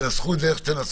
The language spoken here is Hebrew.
תנסחו את זה איך שתנסחו,